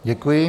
Děkuji.